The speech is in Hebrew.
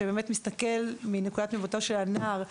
שבאמת מסתכל מנקודת מבטו של הנער.